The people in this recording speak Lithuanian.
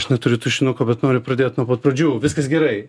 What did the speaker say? aš neturiu tušinuko bet noriu pradėt nuo pat pradžių viskas gerai